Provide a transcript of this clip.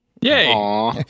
Yay